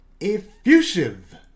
effusive